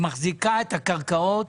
היא מחזיקה את הקרקעות,